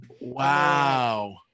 Wow